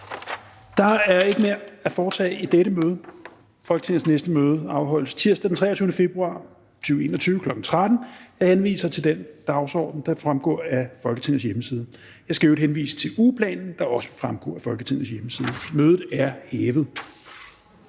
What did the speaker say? Der er ikke mere at foretage i dette møde. Folketingets næste møde afholdes tirsdag den 23. februar 2021, kl. 13.00. Jeg henviser til den dagsorden, der fremgår af Folketingets hjemmeside. Jeg skal i øvrigt henvise til ugeplanen, der også vil fremgå af Folketingets hjemmeside. Mødet er hævet.